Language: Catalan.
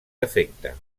defecte